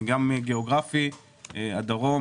גם גיאוגרפי; הדרום,